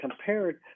compared